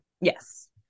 Yes